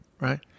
right